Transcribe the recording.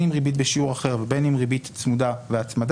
אם ריבית בשיעור אחר ובין אם ריבית צמודה והצמדה